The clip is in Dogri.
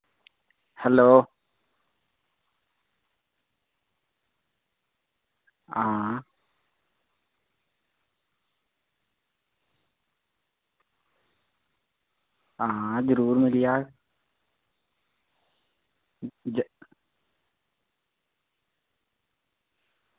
हैलो हां हां जरूर मिली जाह्ग